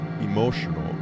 emotional